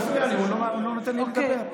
הוא מפריע לי, הוא לא נותן לי לדבר.